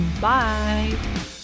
Bye